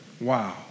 Wow